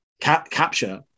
capture